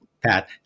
Pat